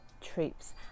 troops